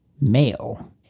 male